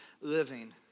living